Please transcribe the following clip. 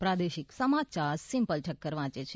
પ્રાદેશિક સમાચાર સિમ્પલ ઠક્કર વાંચે છે